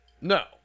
No